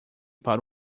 para